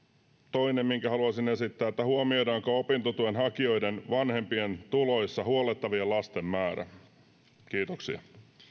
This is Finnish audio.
toinen kysymys minkä haluaisin esittää on huomioidaanko opintotuen hakijoiden vanhempien tuloissa huollettavien lasten määrä kiitoksia